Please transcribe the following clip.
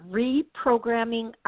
reprogramming